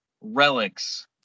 relics